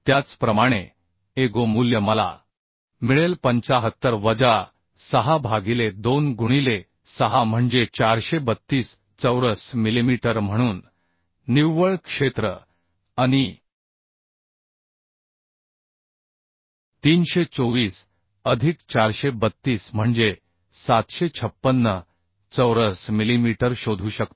त्याचप्रमाणे Ago मूल्य मला मिळेल 75 वजा 6 भागिले 2 गुणिले 6 म्हणजे 432 चौरस मिलिमीटर म्हणून निव्वळ क्षेत्र AnI 324 अधिक 432 म्हणजे 756 चौरस मिलीमीटर शोधू शकतो